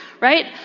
Right